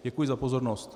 Děkuji za pozornost.